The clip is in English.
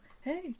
Hey